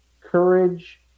courage